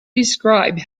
describe